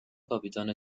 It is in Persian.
کاپیتان